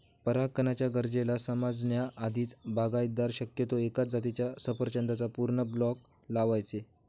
परागकणाच्या गरजेला समजण्या आधीच, बागायतदार शक्यतो एकाच जातीच्या सफरचंदाचा पूर्ण ब्लॉक लावायचे